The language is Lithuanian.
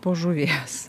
po žuvies